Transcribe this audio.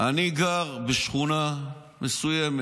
אני גר בשכונה מסוימת.